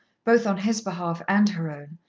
both on his behalf and her own,